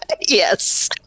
Yes